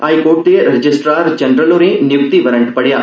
high court दे registrar general होरें नियूक्ति वारंट पढ़ेआ